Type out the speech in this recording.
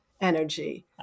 energy